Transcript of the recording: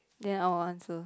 ya odd one so